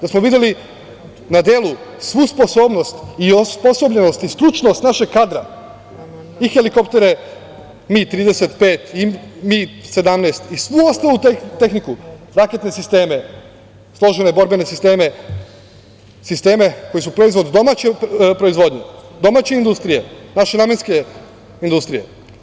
Pa, smo videli na delu svu sposobnost i osposobljenost i stručnost našeg kadra i helikoptere MI-35 i MI-17 i svu ostalu tehniku, raketne sisteme, borbene sisteme, sisteme koji su proizvod domaće proizvodnje, domaće industrije, naše namenske industrije.